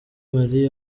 mali